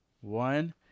one